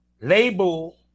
label